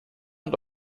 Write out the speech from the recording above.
und